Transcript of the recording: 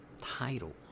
title